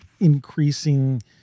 increasing